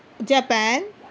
Japan